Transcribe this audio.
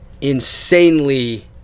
insanely